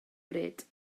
bryd